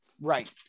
Right